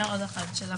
בתשובה שאני